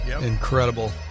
Incredible